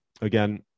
again